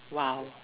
!wow!